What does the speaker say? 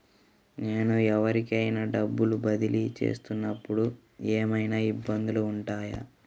నేను ఎవరికైనా డబ్బులు బదిలీ చేస్తునపుడు ఏమయినా ఇబ్బందులు వుంటాయా?